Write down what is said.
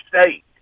state